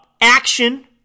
action